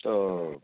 তো